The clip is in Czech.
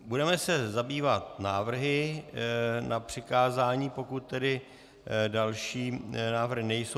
Budeme se zabývat návrhy na přikázání, pokud tedy další návrhy nejsou.